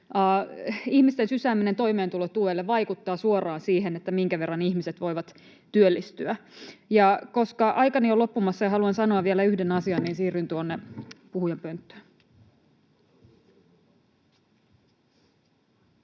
ihmisten sysääminen toimeentulotuelle vaikuttaa suoraan siihen, minkä verran ihmiset voivat työllistyä. — Koska aikani on loppumassa ja haluan sanoa vielä yhden asian, niin siirryn tuonne puhujapönttöön.